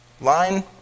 line